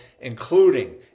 including